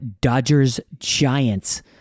Dodgers-Giants